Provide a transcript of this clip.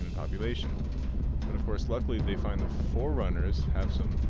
population before slickly the final four runners have some